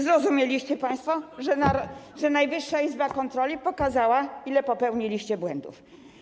Zrozumieliście państwo, że Najwyższa Izba Kontroli pokazała, ile popełniliście błędów?